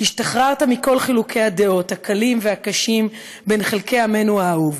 השתחררת מכל חילוקי הדעות הקלים והקשים בין חלקי עמנו האהוב,